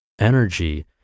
energy